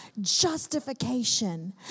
justification